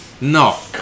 No